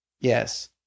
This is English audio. Yes